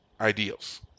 ideals